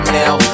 now